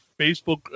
Facebook